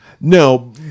No